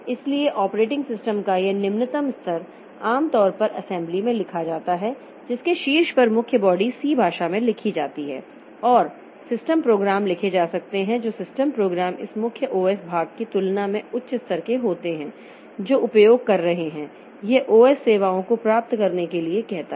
इसलिए operating system का यह निम्नतम स्तर आम तौर पर असेंबली में लिखा जाता है जिसके शीर्ष पर मुख्य बॉडी C भाषा में लिखी जाती है और सिस्टम प्रोग्राम लिखे जा सकते हैं जो सिस्टम प्रोग्राम इस मुख्य OS भाग की तुलना में उच्च स्तर के होते हैं जो उपयोग कर रहे हैं यह OS सेवाओं को प्राप्त करने के लिए कहता है